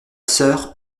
sœur